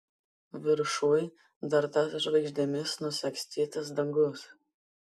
viršuj dar tas žvaigždėmis nusagstytas dangus